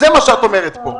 זה מה שאת אומרת פה.